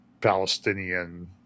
Palestinian